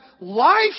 life